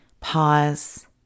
pause